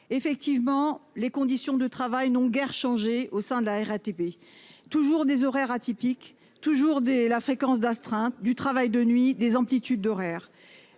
En effet, les conditions de travail n'ont guère changé au sein de la RATP : il y a toujours des horaires atypiques, de la fréquence d'astreinte, du travail de nuit et des amplitudes horaires